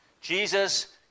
Jesus